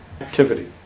activity